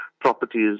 properties